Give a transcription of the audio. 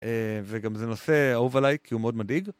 וגם זה נושא אהוב עליי כי הוא מאוד מדאיג.